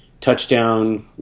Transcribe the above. touchdown